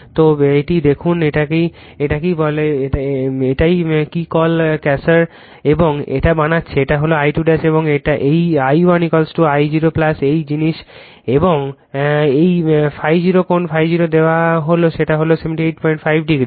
তো এই দেখুন এইটা কি কল কার্সার এবং এটা বানাচ্ছে এটা হল I2 এবং এই I1 I0 এই জিনিস এবং এই ∅ 0 কোণ ∅ 0 দেওয়া হল সেটা হল 785 ডিগ্রি